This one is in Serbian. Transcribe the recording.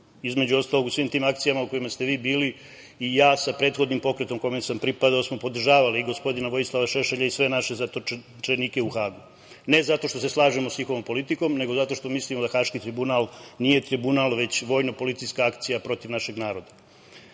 Između ostalog, u svim tim akcijama u kojima ste vi bili i ja sa prethodnim pokretom kome sam pripadao smo podržavali i gospodina Vojislava Šešelja i sve naše zatočenike u Hagu ne zato što se slažemo sa njihovom politikom, nego zato što mislimo da Haški tribunal nije tribunal, već vojno-policijska akcija protiv našeg naroda. Ono